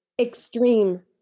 extreme